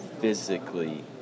Physically